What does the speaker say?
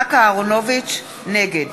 נגד